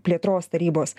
plėtros tarybos